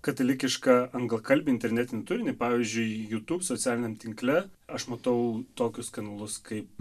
katalikišką anglakalbį internetį turinį pavyzdžiui youtube socialiniam tinkle aš matau tokius kanalus kaip